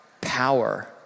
power